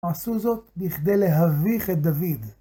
עשו זאת בכדי להביך את דוד.